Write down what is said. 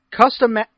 Custom